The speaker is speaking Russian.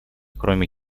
кроме